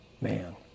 man